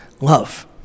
love